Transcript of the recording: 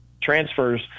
transfers